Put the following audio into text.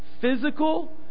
Physical